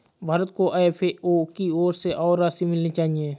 भारत को एफ.ए.ओ की ओर से और राशि मिलनी चाहिए